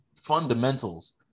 fundamentals